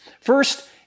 First